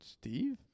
Steve